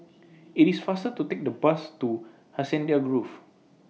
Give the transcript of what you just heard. IT IS faster to Take The Bus to Hacienda Grove